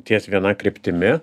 ties viena kryptimi